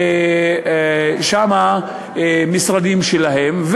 משרדים שלהם,